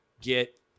get